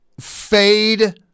fade